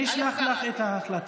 אני אשלח לך את ההחלטה.